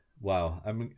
Wow